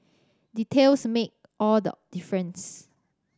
details make all the difference